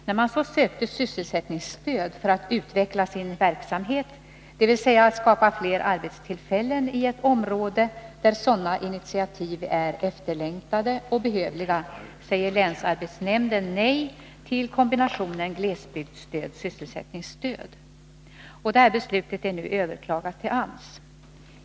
När man sedan sökte sysselsättningsstöd för att utveckla sin verksamhet, dvs. skapa fler arbetstillfällen i ett område där sådana initiativ är efterlängtade och behövliga, sade länsarbetsnämnden nej till kombinationen glesbygdsstöd-sysselsättningsstöd. Detta beslut har nu överklagats hos AMS.